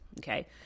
Okay